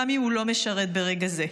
גם אם הוא לא משרת ברגע זה.